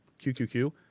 QQQ